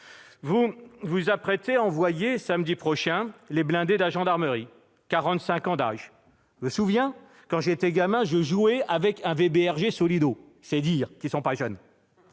Vous vous apprêtez à déployer samedi prochain les blindés de la gendarmerie. Ils ont quarante-cinq ans ! Quand j'étais gamin, je jouais avec un VBRG Solido ; c'est dire s'ils ne sont pas jeunes